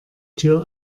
tür